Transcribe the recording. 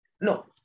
No